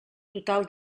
total